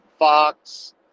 Fox